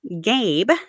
Gabe